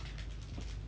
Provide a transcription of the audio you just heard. he has too much money